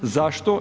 Zašto?